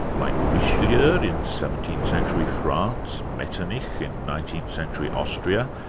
like ah richelieu yeah ah in seventeenth century france, metternich in nineteenth century austria,